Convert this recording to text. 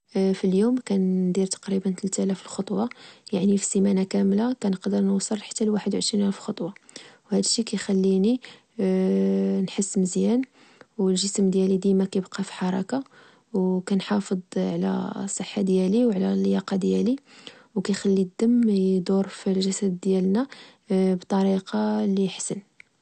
فاليوم، كندير تقريبا تلتالاف خطوة، يعني فالسيمانة كاملة كنقدر نوصل حتى لواحد وعشرين ألف خطوة. وهادشي كخليني نحس مزيان، و الجسم ديالي ديما كبقا في حركة، وكنحافظ على الصحة ديالي، وعلى اللياقة ديالي، وكخلي الدم يدور في الجسد ديالنا بطريقة لحسن